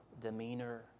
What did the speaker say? demeanor